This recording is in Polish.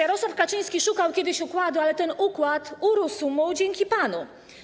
Jarosław Kaczyński szukał kiedyś układu, ale ten układ urósł mu dzięki panu.